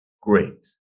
great